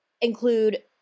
include